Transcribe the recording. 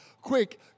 quick